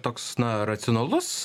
toks na racionalus